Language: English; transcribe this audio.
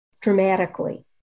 dramatically